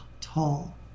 tall